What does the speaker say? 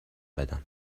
بدم